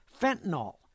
fentanyl